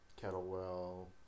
Kettlewell